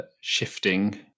shifting